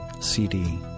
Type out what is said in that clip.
CD